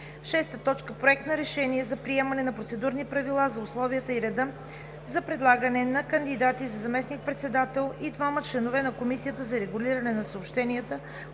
2019 г. 6. Проект на решение за приемане на процедурни правила за условията и реда за предлагане на кандидати за заместник председател и двама членове на Комисията за регулиране на съобщенията